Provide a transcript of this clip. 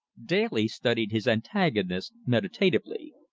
daly studied his antagonist meditatively.